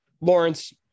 Lawrence